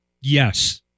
yes